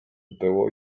było